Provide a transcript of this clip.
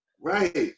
Right